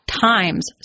times